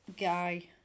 guy